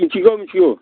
मिथिगौ मिथिगौ